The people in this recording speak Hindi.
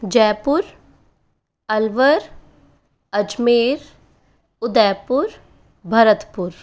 जयपुर अलवर अजमेर उदयपुर भरतपुर